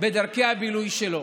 בדרכי הבילוי שלו.